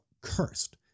cursed